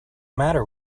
matter